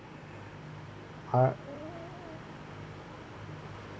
!huh!